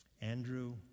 Andrew